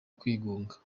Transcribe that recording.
kwigunga